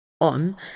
on